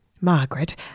Margaret